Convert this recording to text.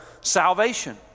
salvation